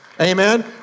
Amen